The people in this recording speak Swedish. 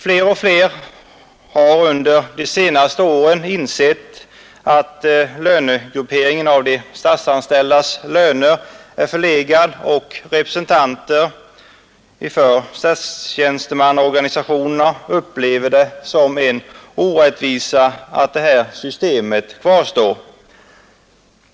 Fler och fler har under de senaste åren insett att ortsgrupperingen av de statsanställdas löner är förlegad, och representanter för statstjänstemannaorganisationerna upplever det som en orättvisa att detta system kvarstår.